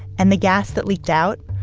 and the gas that leaked out,